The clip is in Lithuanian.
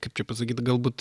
kaip pasakyt galbūt